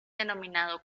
denominado